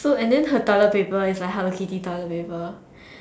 so and than her toilet paper is hello Kitty toilet paper